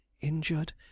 injured